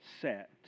set